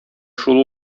шул